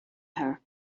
her